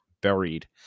buried